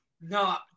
No